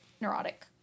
neurotic